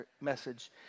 message